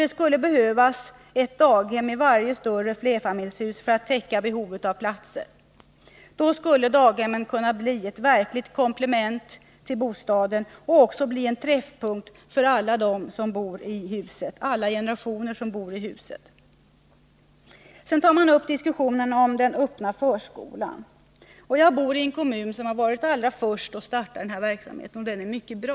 Det skulle behövas ett daghem i varje större flerfamiljshus för att täcka behovet av platser. Då skulle daghemmen kunna bli ett verkligt komplement till bostaden och också bli en träffpunkt för alla generationer som bor i huset. I svaret tar Karin Söder också upp de öppna förskolorna. Jag bor i en kommun som var allra först med att starta denna verksamhet, som är mycket bra.